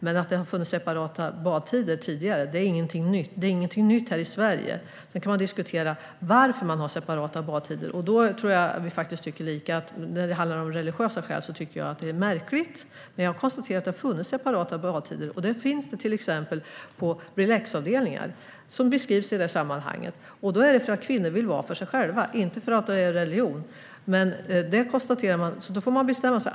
Men att det har funnits separata badtider tidigare är inte nytt i Sverige. Sedan kan vi diskutera varför det är separata badtider. Där tycker vi lika. Det är märkligt med religiösa skäl. Men jag konstaterar att det har funnits separata badtider, och det finns det till exempel på relaxavdelningar. Det är för att kvinnor vill vara för sig själva, inte av religiösa skäl. Man får bestämma sig.